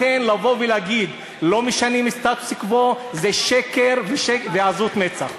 לכן לבוא ולהגיד שלא משנים סטטוס קוו זה שקר ועזות מצח.